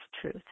truth